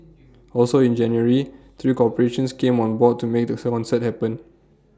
also in January three corporations came on board to make the sir concert happen